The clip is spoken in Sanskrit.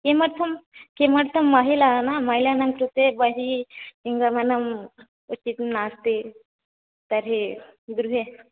किमर्थं किमर्थं महिलानां महिलानां कृते बहिः गमनम् उचितं नास्ति तर्हि गृहे